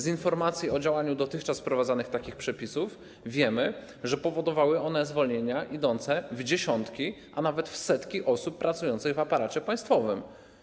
Z informacji o działaniu dotychczas wprowadzanych takich przepisów wiemy, że powodowały one zwolnienia idące w dziesiątki, a nawet w setki osób pracujących w aparacie państwowym.